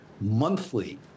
monthly